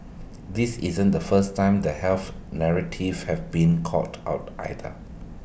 this isn't the first time the health narratives have been called out either